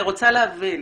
סליחה, אני רוצה להבין.